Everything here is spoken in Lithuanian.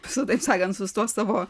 su taip sakant su tuo savo